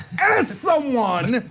ask someone,